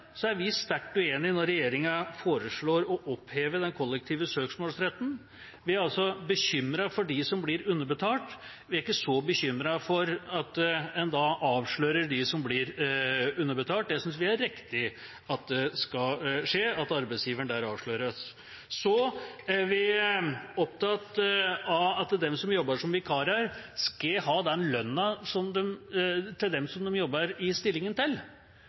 så bekymret for at en da avslører dem som blir underbetalt. Det vi synes er riktig, er at arbeidsgiveren der avsløres. Så er vi opptatt av at dem som jobber som vikarer, skal ha samme lønn som dem de jobber i stillingen til,